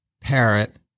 parrot